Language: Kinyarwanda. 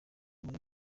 muri